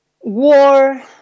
war